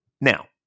Now